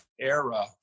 era